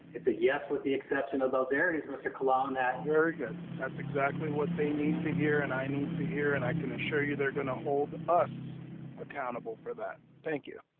it's a yes with the exception of those areas, mr. colon, that right. very good, that's exactly what they need to hear, and i need to hear, and i can assure you, they're gonna hold us accountable for that. thank you.